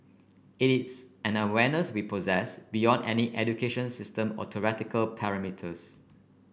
it is an awareness we possess beyond any education system or theoretical perimeters